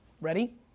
ready